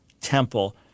temple